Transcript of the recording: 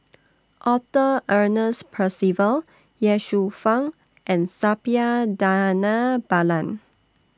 Arthur Ernest Percival Ye Shufang and Suppiah Dhanabalan